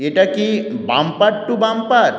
এটা কি bumper to bumper